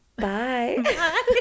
Bye